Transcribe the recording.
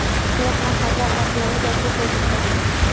मैं अपना खाता ऑफलाइन कैसे खोल सकता हूँ?